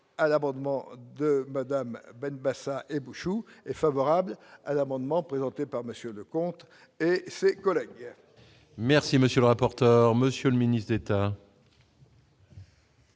à l'amendement de Madame Ben Basat et Bush ou favorable à l'amendement présenté par Monsieur le comte et ses collègues. Merci, monsieur le rapporteur, monsieur le ministre d'État.